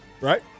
right